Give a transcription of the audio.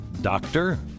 Doctor